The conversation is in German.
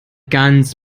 ganz